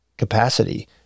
capacity